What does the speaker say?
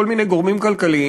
בכל מיני גורמים כלכליים,